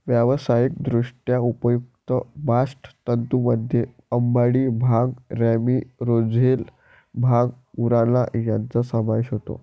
व्यावसायिकदृष्ट्या उपयुक्त बास्ट तंतूंमध्ये अंबाडी, भांग, रॅमी, रोझेल, भांग, उराणा यांचा समावेश होतो